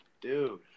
Dude